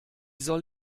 soll